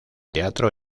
teatro